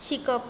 शिकप